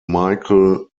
michael